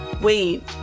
wait